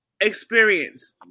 experience